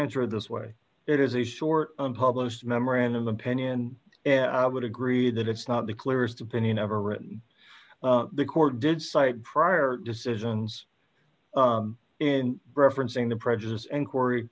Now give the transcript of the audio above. answer it this way it is a short unpublished memorandum opinion and i would agree that it's not the clearest opinion ever written the court did cite prior decisions in reference in the preface and corey